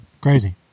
Crazy